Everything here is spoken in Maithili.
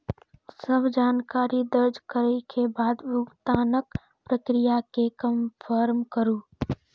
सब जानकारी दर्ज करै के बाद भुगतानक प्रक्रिया कें कंफर्म करू